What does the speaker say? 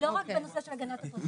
לא רק בנושא של הגנת הפרטיות.